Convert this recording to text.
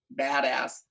badass